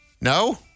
No